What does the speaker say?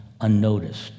unnoticed